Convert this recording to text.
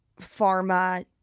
pharma